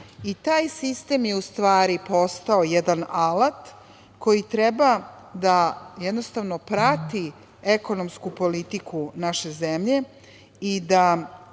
Taj sistem je u stvari postao jedan alat koji treba da jednostavno prati ekonomsku politiku naše zemlje i da